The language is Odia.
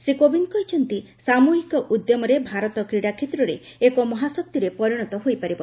ଶ୍ରୀ କୋବିନ୍ଦ କହିଛନ୍ତି ସାମ୍ବହିକ ଉଦ୍ୟମରେ ଭାରତ କ୍ରୀଡ଼ା କ୍ଷେତ୍ରରେ ଏକ ମହାଶକ୍ତିରେ ପରିଣତ ହୋଇପାରିବ